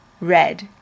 red